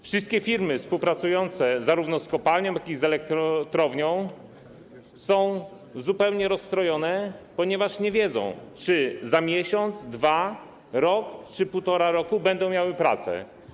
Wszystkie firmy współpracujące zarówno z kopalnią, jak i z elektrownią są zupełnie rozstrojone, ponieważ nie wiedzą, czy za miesiąc, dwa, rok czy półtora roku będą miały pracę.